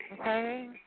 Okay